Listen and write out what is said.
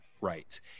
rights